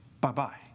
Bye-bye